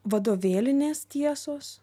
vadovėlinės tiesos